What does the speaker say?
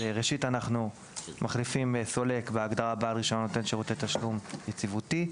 אנחנו מחליפים סולק בהגדרה בעל רישיון נותן שירותי תשלום יציבותי.